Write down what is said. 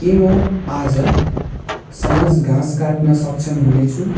के म आज साँझ घाँस काट्न सक्षम हुनेछु